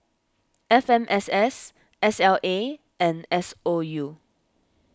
F M S S S L A and S O U